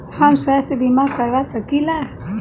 हम स्वास्थ्य बीमा करवा सकी ला?